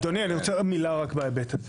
אדוני, אני רוצה מילה רק בהיבט הזה.